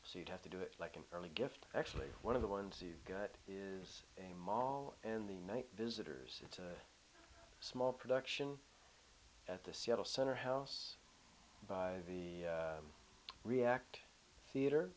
so you'd have to do it like an early gift actually one of the ones you've got is a mom in the night visitors it's a small production at the seattle center house by the reactor theater